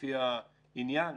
לפי העניין.